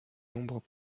nombres